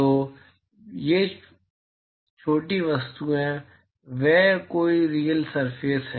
तो वे छोटी वस्तुएं वे कोई रीयल सरफेस हैं